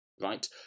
right